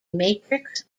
matrix